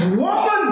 woman